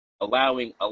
allowing